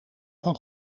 van